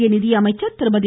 மத்திய நிதியமைச்சர் திருமதி